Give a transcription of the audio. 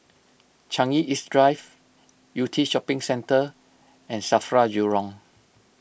Changi East Drive Yew Tee Shopping Centre and Safra Jurong